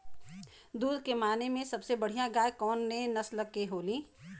दुध के माने मे सबसे बढ़ियां गाय कवने नस्ल के होली?